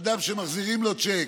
אדם שמחזירים לו שיק,